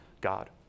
God